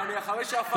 אבל אחרי שהפכתם,